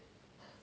mm